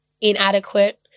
inadequate